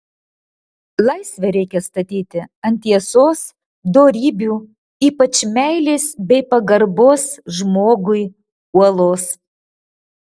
laisvę reikia statyti ant tiesos dorybių ypač meilės bei pagarbos žmogui uolos